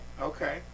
okay